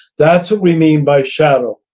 that's what we mean by shadow.